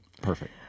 perfect